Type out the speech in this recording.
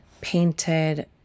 painted